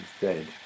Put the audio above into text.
Dead